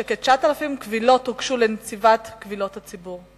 שכ-9,000 קבילות הוגשו לנציבת קבילות הציבור.